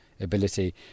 ability